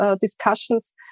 discussions